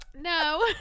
No